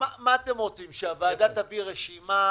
רוצים שהוועדה תביא רשימה?